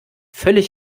völlig